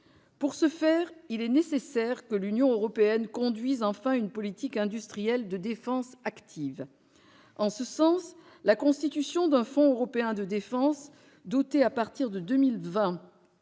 Pour ce faire, il est nécessaire que l'Union européenne conduise enfin une politique industrielle de défense active. En ce sens, la constitution d'un fonds européen de défense, doté à partir de 2020